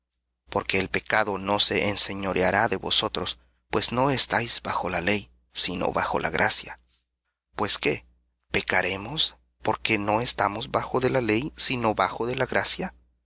porque el pecado no se enseñoreará de vosotros pues no estáis bajo la ley sino bajo la gracia pues qué pecaremos porque no estamos bajo de la ley sino bajo de la gracia